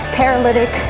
paralytic